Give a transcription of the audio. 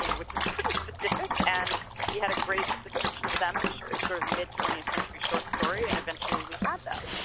which is pretty specific, and he had a great description of them and a sort of mid twentieth century short story and eventually we had them.